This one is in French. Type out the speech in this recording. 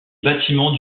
bâtiments